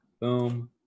Boom